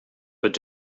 but